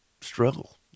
struggle